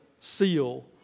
seal